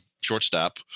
shortstop